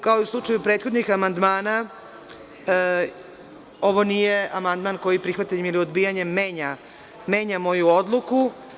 Kao i u slučaju prethodnih amandmana, ovo nije amandman koji prihvatanjem ili odbijanjem menja moju odluku.